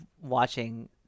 watching